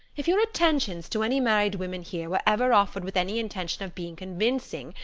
if your attentions to any married women here were ever offered with any intention of being convincing,